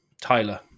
Tyler